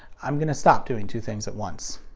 i'm gonna stop doing two things at once.